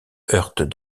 heurtent